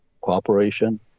cooperation